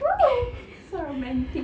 !woo! so romantic